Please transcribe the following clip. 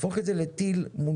נהפוך את זה לטיל מונחה.